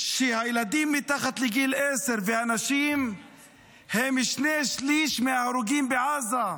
שהילדים מתחת לגיל עשר והנשים הם שני שלישים מההרוגים בעזה.